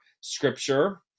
scripture